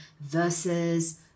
versus